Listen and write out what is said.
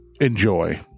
enjoy